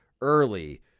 early